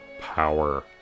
power